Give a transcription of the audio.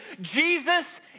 Jesus